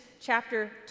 chapter